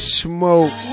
smoke